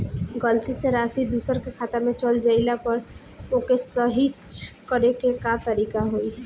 गलती से राशि दूसर के खाता में चल जइला पर ओके सहीक्ष करे के का तरीका होई?